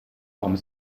forme